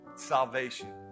salvation